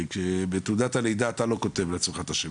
הרי בתעודת הלידה אתה לא כותב לעצמך את השם,